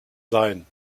sein